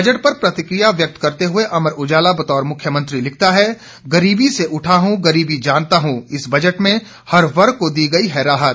budget पर प्रतिकिया व्यक्त करते हुए अमर उजाला बतौर मुख्यमंत्री लिखता है गरीबी से उठा हूं गरीबी जानता हूं इस बजट में हर वर्ग को दी गई है राहत